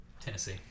Tennessee